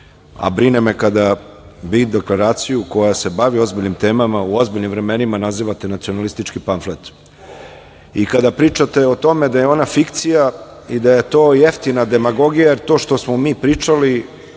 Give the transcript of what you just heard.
Brine me kada vi deklaraciju koja se bavi ozbiljnim temama, u ozbiljnim vremenima, nazivate nacionalistički pamflet i kada pričate o tome da je ona fikcija i da je to jeftina demagogija, jer to što smo mi pričali